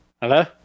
Hello